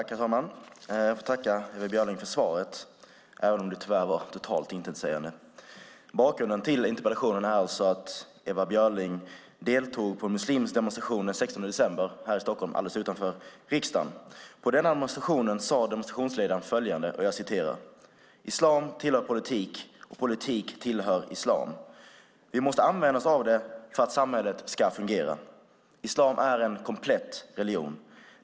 Herr talman! Jag får tacka Ewa Björling för svaret även om det tyvärr var totalt intetsägande. Bakgrunden till interpellationen är att Ewa Björling den 16 december deltog i en muslimsk demonstration i Stockholm, alldeles utanför riksdagen. På den demonstrationen sade demonstrationsledaren följande: "Islam tillhör politik och politik tillhör islam. Vi måste använda oss av det för att samhället ska fungera. Islam är en komplett religion.